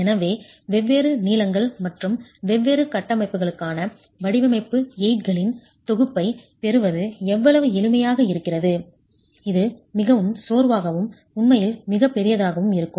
எனவே வெவ்வேறு நீளங்கள் மற்றும் வெவ்வேறு கட்டமைப்புகளுக்கான வடிவமைப்பு எய்ட்களின் தொகுப்பைப் பெறுவது அவ்வளவு எளிமையாக இருக்காது இது மிகவும் சோர்வாகவும் உண்மையில் மிகப்பெரியதாகவும் இருக்கும்